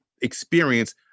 experience